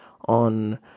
on